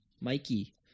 Mikey